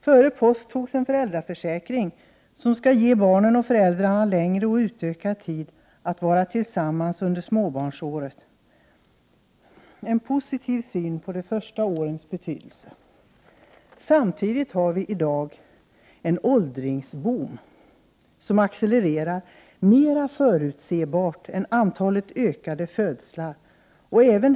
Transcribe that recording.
Före påsk antogs en föräldraförsäkring, som skall ge barnen och föräldrarna längre och utökad tid att vara tillsammans under småbarnsåren — en positiv syn på de första årens betydelse. Samtidigt har vi i dag en åldringsboom, som accelererar mera förutsebart än det ökade antalet födslar.